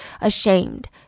ashamed